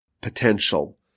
potential